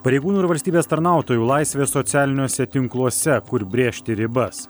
pareigūnų ir valstybės tarnautojų laisvė socialiniuose tinkluose kur brėžti ribas